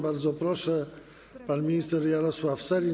Bardzo proszę, pan minister Jarosław Sellin.